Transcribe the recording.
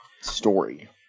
story